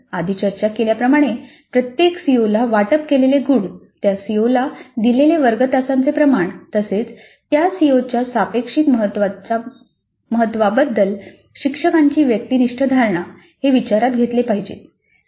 म्हणूनच आधी चर्चा केल्याप्रमाणे प्रत्येक सीओला वाटप केलेले गुण त्या सीओला दिलेले वर्ग तासांचे प्रमाण तसेच त्या सीओच्या सापेक्षिक महत्त्वा बद्दल शिक्षकाची व्यक्तिनिष्ठ धारणा हे विचारात घेतले पाहिजेत